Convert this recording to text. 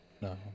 No